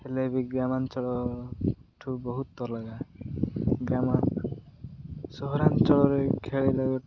ହେଲେ ବି ଗ୍ରାମାଞ୍ଚଳଠୁ ବହୁତ ଅଲଗା ଗ୍ରାମ ସହରାଞ୍ଚଳରେ ଖେଳିଲେ